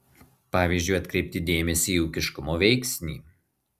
pavyzdžiui atkreipti dėmesį į ūkiškumo veiksnį